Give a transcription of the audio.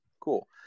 Cool